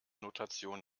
notation